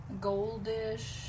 goldish